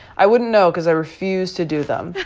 i wouldn't know, because i refuse to do them.